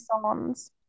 songs